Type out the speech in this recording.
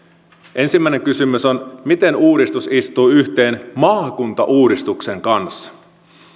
ensimmäinen kysymys on miten uudistus istuu yhteen maakuntauudistuksen kanssa